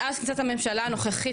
מאז קצת הממשלה הנוכחית,